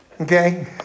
Okay